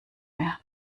mehr